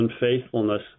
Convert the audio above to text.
unfaithfulness